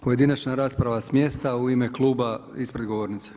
Pojedinačna rasprava s mjesta, u ime kluba ispred govornice.